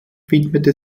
widmete